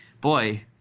boy